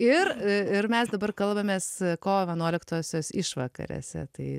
ir ir mes dabar kalbamės kovo vienuoliktosios išvakarėse tai